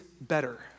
better